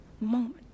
moment